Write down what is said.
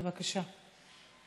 בבקשה.